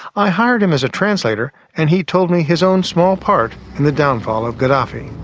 i hired him as a translator and he told me his own small part in the downfall of gaddafi.